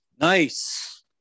nice